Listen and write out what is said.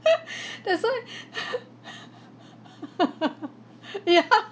that's why ya